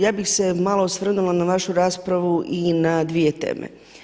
Ja bih se malo osvrnula na vašu raspravu i na dvije teme.